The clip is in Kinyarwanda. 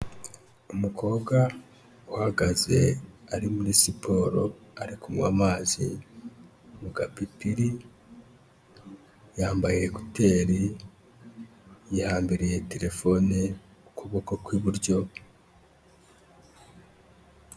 Umukobwa uhagaze ari muri siporo ari kunywa amazi mu gapipiri , yambaye ekuteri, yahambiriye terefone ku kuboko kw'iburyo.